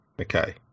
okay